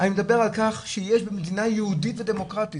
אני מדבר על כך שיש במדינה יהודית ודמוקרטית.